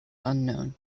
unknown